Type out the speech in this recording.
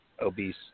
obese